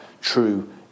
true